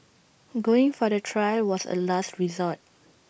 going for the trial was A last resort